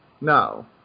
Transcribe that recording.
No